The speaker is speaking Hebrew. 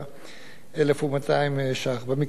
במקרה הנוכחי שכאן הועלה,